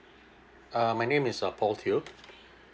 uh my name is uh paul teo